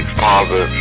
father